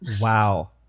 Wow